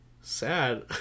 sad